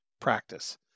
practice